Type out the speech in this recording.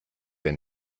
wir